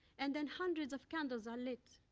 and then hundreds of candles are lit.